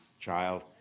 child